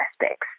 aspects